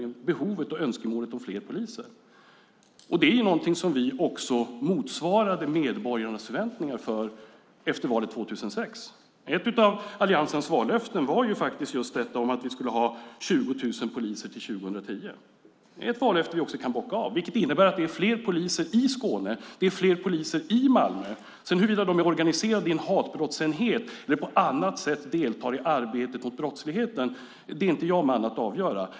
Efter valet 2006 har vi motsvarat medborgarnas förväntningar i fråga om detta. Ett av Alliansens vallöften var faktiskt att vi skulle ha 20 000 poliser till 2010. Det är ett vallöfte som vi kan bocka av, vilket innebär att det är fler poliser i Skåne och att det är fler poliser i Malmö. Huruvida de sedan är organiserade i en hatbrottsenhet eller på annat sätt deltar i arbetet mot brottsligheten är jag inte man att avgöra.